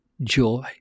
joy